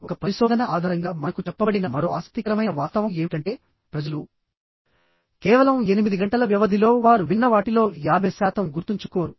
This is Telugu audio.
ఒక పరిశోధన ఆధారంగా మనకు చెప్పబడిన మరో ఆసక్తికరమైన వాస్తవం ఏమిటంటే ప్రజలు కేవలం 8 గంటల వ్యవధిలో వారు విన్న వాటిలో 50 శాతం గుర్తుంచుకోరు